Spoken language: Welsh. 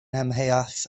amheuaeth